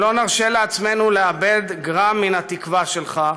שלא נרשה לעצמנו לאבד גרם מן התקווה שלך,